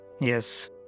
Yes